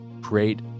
create